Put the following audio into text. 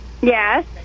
Yes